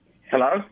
Hello